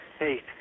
eight